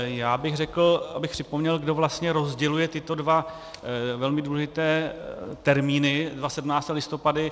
Já bych řekl, abych připomněl, kdo vlastně rozděluje tyto dva velmi důležité termíny, dva 17. listopady.